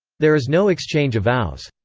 there is no exchange of vows.